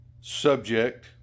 subject